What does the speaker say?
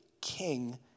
king